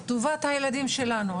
את טובת הילדים שלנו.